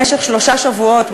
במשך שלושה שבועות,